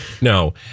no